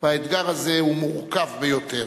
והאתגר הזה הוא מורכב ביותר.